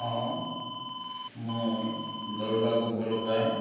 ହଁ ମୁଁ ଦୌଡ଼ିବାକୁ ଭଲ ପାଏ